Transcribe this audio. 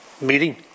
meeting